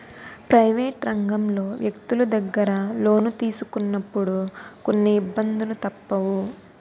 private రంగంలో వ్యక్తులు దగ్గర లోను తీసుకున్నప్పుడు కొన్ని ఇబ్బందులు తప్పవు